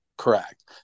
Correct